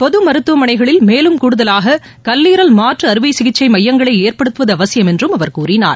பொது மருத்துவமனைகளில் மேலும் கூடுதலாக கல்லீரல் மாற்று அறுவைசிகிச்சை மையங்களை ஏற்படுத்துவது அவசியம் என்றும் அவர் கூறினார்